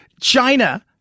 China